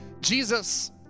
Jesus